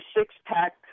six-pack